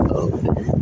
open